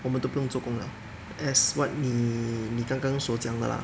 我们都不用做工了 as what 你你刚刚所讲的 lah